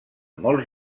molts